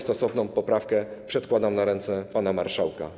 Stosowną poprawkę przedkładam na ręce pana marszałka.